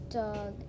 dog